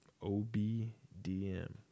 OBDM